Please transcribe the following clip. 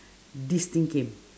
this thing came